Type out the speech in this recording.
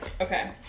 Okay